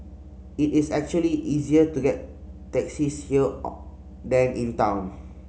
it is actually easier to get taxis here than in town